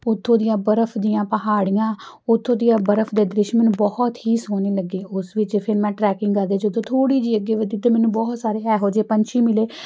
ਉੱਥੋਂ ਦੀਆਂ ਬਰਫ਼ ਦੀਆਂ ਪਹਾੜੀਆਂ ਉੱਥੋਂ ਦੀਆਂ ਬਰਫ਼ ਦੇ ਦ੍ਰਿਸ਼ ਮੈਨੂੰ ਬਹੁਤ ਹੀ ਸੋਹਣੇ ਲੱਗੇ ਉਸ ਵਿੱਚ ਫਿਰ ਮੈਂ ਟਰੈਕਿੰਗ ਕਰਦੀ ਜਦੋਂ ਥੋੜ੍ਹੀ ਜਿਹੀ ਅੱਗੇ ਵਧੀ ਅਤੇ ਮੈਨੂੰ ਬਹੁਤ ਸਾਰੇ ਇਹੋ ਜਿਹੇ ਪੰਛੀ ਮਿਲੇ